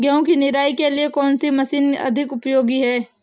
आलू की निराई के लिए कौन सी मशीन अधिक उपयोगी है?